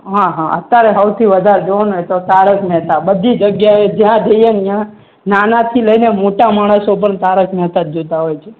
હા હા અત્યારે સૌથી વધારે જોઉં ને તો તારક મહેતા બધી જગ્યાએ જ્યાં જઈએ ત્યાં નાનાથી લઈને મોટા માણસો પણ તારક મહેતા જ જોતા હોય છે